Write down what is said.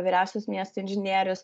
vyriausias miesto inžinierius